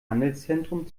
handelszentrum